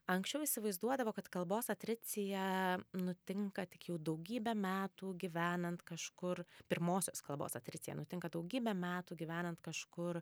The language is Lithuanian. anksčiau įsivaizduodavo kad kalbos atricija nutinka tik jau daugybę metų gyvenant kažkur pirmosios kalbos atricija nutinka daugybę metų gyvenant kažkur